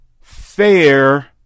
fair